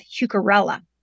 Hucarella